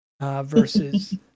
versus